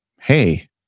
hey